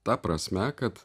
ta prasme kad